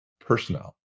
personnel